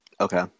Okay